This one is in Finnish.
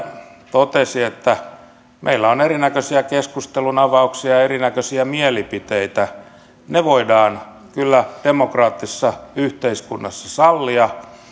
totesi meillä on erinäköisiä keskustelunavauksia ja erinäköisiä mielipiteitä ne voidaan kyllä demokraattisessa yhteiskunnassa sallia